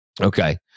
Okay